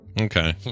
okay